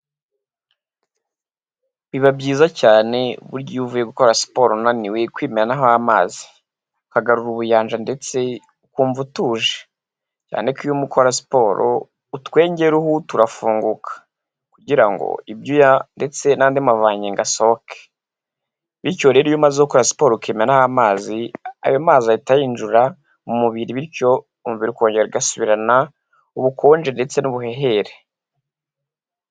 Biba byiza cyane burya iyo uvuye gukora siporo unaniwe ukimenaho amazi. Ukagarura ubuyanja ndetse ukumva utuje. Cyane ko iyo urimo ukora siporo utwengeruhu turafunguka, kugira ngo ibyuya ndetse n'andi mavangingo asohoke. Bityo rero iyo umaze gukora siporo ukimenaho amazi, ayo mazi ahita yinjira mu mubiri bityo umubiri ukongera ugasubirana ubukonje ndetse n'ubuhehere.